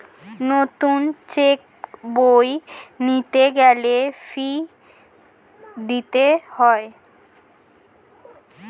নতুন চেক বই নিতে গেলে ফি দিতে হয়